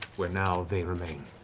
where now they remain,